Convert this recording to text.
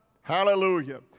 Hallelujah